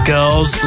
Girls